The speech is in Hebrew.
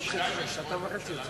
גם הוא ישנה את דעתו.